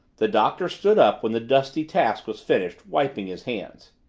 the doctor stood up when the dusty task was finished, wiping his hands.